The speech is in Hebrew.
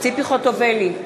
ציפי חוטובלי,